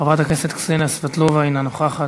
חברת הכנסת קסניה סבטלובה, אינה נוכחת.